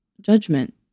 Judgment